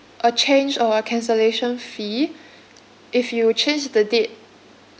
a change or a cancellation fee if you change the date